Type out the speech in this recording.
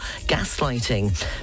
gaslighting